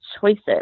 choices